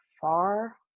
far